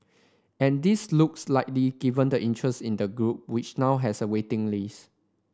and this looks likely given the interest in the group which now has a waiting list